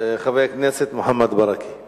הצעות לסדר-היום